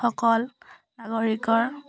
অকল নাগৰিকৰ